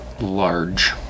Large